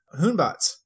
Hoonbots